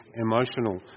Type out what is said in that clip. emotional